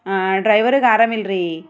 ಹಾಂ ಡ್ರೈವರಿಗೆ ಆರಾಮಿಲ್ರಿ